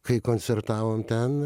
kai koncertavom ten